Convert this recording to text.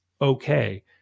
okay